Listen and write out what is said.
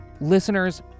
Listeners